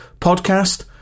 podcast